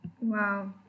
Wow